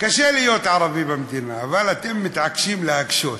קשה להיות ערבי במדינה, אבל אתם מתעקשים להקשות.